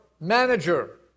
manager